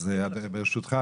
ברשותך,